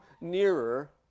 nearer